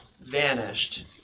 vanished